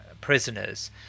prisoners